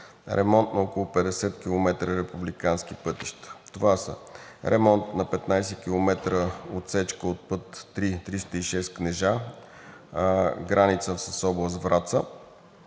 ремонт на около 50 км републикански пътища. Това са ремонт на 15 км отсечка от път III 306 Кнежа – граница с област Враца.